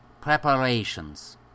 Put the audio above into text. Preparations